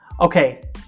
Okay